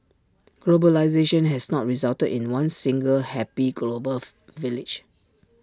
globalisation has not resulted in one single happy global of village